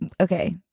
Okay